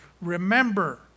Remember